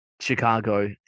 Chicago